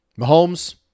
Mahomes